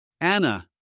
Anna